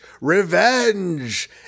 Revenge